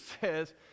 says